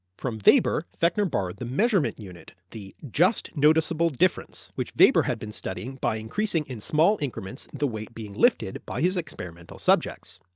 from weber, fechner borrowed the measurement unit the just noticeable difference, which weber had been studying by increasing in small increments the weight being lifted by his experimental subjects,